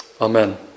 Amen